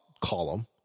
column